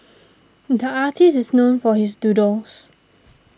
the artist is known for his doodles